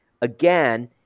again